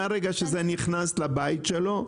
מהרגע שזה נכנס לבית שלו,